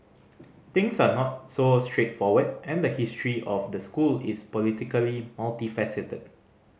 things are not so straightforward and the history of the school is politically multifaceted